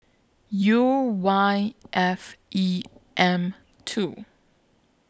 U Y F E M two